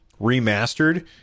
Remastered